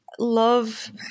love